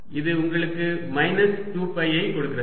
இது உங்களுக்கு minus 2 pi i கொடுக்கிறது